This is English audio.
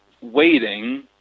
waiting